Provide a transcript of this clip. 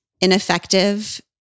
ineffective